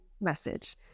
message